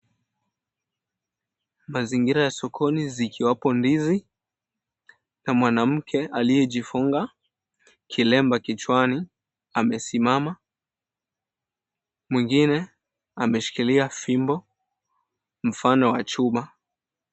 Mazingira ya sokoni zikiwapo ndizi na mwanamke aliyejifunga kilemba kichwani amesimama. Mwingine ameshikilia fimbo mfano wa chuma.